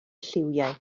lliwiau